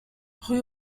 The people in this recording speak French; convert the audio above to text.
rue